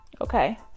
Okay